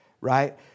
right